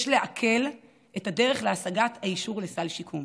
יש להקל את הדרך להשגת האישור לסל שיקום